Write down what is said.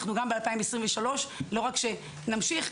בשנת 2023 לא רק שנמשיך,